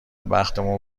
بختمون